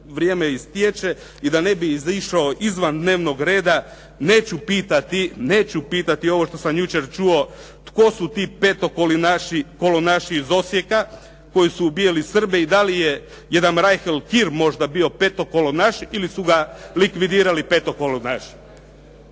vrijeme istječe i da ne bih izišao iz dnevnog reda, neću pitati ovo što sam jučer čuo tko su to petokolonaši iz Osijeka koji su ubijali Srbe i da li je jedan Reihl Kir možda biro petokolonaš ili su ga likvidirali petokolonaši.